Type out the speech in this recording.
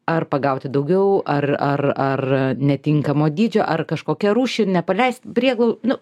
ar pagauti daugiau ar ar ar netinkamo dydžio ar kažkokią rūšį nepaleist prieglau nu